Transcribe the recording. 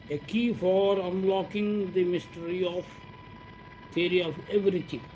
a key for unlocking the mystery of theory of everything